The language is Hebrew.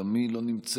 גם היא לא נמצאת,